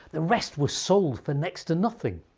the rest were sold for next to nothing.